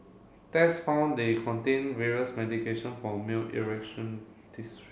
test found they contained various medication for male